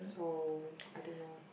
so I don't know